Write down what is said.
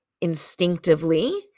instinctively